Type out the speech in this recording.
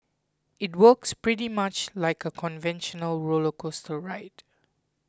it works pretty much like a conventional roller coaster ride